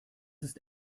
ist